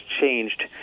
changed